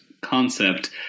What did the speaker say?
concept